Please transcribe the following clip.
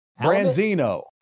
Branzino